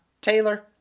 Taylor